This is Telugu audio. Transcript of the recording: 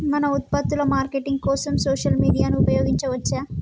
మన ఉత్పత్తుల మార్కెటింగ్ కోసం సోషల్ మీడియాను ఉపయోగించవచ్చా?